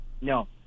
no